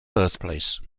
birthplace